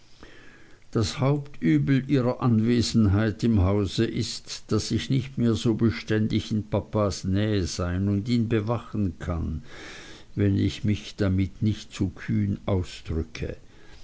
das hauptübel ihrer anwesenheit im hause ist daß ich nicht mehr so beständig in papas nähe sein und ihn bewachen kann wenn ich mich damit nicht zu kühn ausdrücke